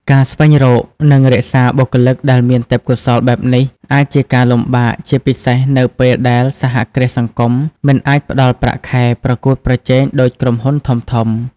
ការស្វែងរក និងរក្សាបុគ្គលិកដែលមានទេពកោសល្យបែបនេះ អាចជាការលំបាក ជាពិសេសនៅពេលដែលសហគ្រាសសង្គមមិនអាចផ្តល់ប្រាក់ខែប្រកួតប្រជែងដូចក្រុមហ៊ុនធំៗ ។